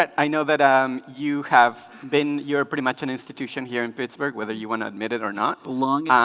i know that ah um you have been you're pretty much an institution here in pittsburgh whether you want to admit it or not long